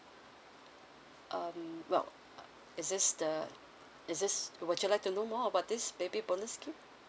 um well is this the is this would you like to know more about this baby bonus scheme